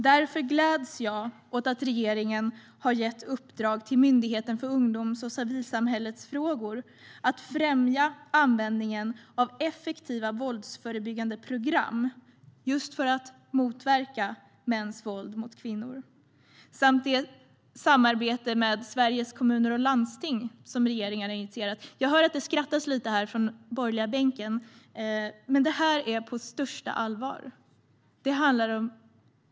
Därför gläds jag åt att regeringen har gett Myndigheten för ungdoms och civilsamhällesfrågor i uppdrag att främja användningen av effektiva våldsförebyggande program för att motverka mäns våld mot kvinnor. Jag gläds också åt samarbetet med Sveriges Kommuner och Landsting som regeringen har initierat. Jag hör skratt från den borgerliga bänken, men detta är på största allvar.